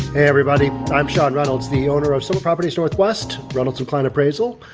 everybody. i'm sean reynolds, the owner of summit properties, northwest reynolds and. kline appraisal,